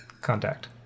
Contact